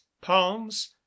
palms